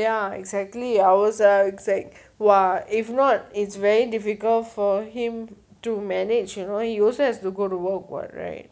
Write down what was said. ya exactly I was was like !wah! if not it's very difficult for him to manage you know he also has to go work [what]